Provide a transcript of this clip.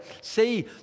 See